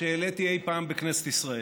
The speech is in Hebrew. שהעליתי אי פעם בכנסת ישראל.